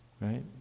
Right